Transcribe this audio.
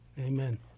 Amen